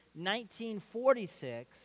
1946